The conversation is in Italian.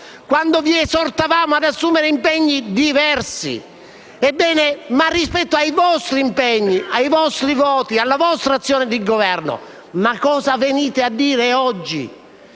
altre, esortandovi a assumere impegni diversi, ma rispetto ai vostri impegni, ai vostri voti, alla vostra azione di Governo. Ma cosa venite a dire oggi?